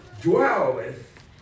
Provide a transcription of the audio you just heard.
dwelleth